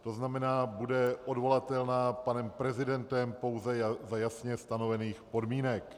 To znamená bude odvolatelná panem prezidentem pouze za jasně stanovených podmínek.